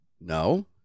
No